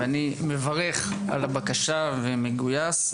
ואני מברך על הבקשה ומגויס.